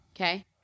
Okay